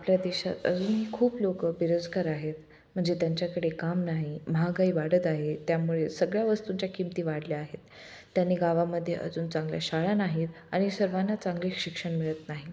आपल्या देशात अजूनही खूप लोकं बेरोजगार आहेत म्हणजे त्यांच्याकडे काम नाही महागाई वाढत आहे त्यामुळे सगळ्या वस्तूंच्या किंमती वाढल्या आहेत त्याने गावामध्ये अजून चांगल्या शाळा नाही आहेत आणि सर्वांना चांगले शिक्षण मिळत नाही